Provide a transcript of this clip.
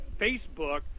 Facebook